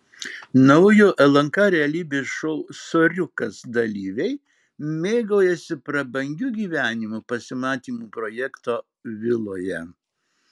naujo lnk realybės šou soriukas dalyviai mėgaujasi prabangiu gyvenimu pasimatymų projekto viloje